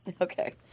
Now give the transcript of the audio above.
Okay